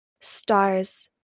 stars